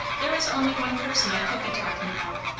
there is only one person i could be talking about.